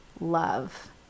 love